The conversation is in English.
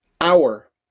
hour